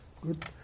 Good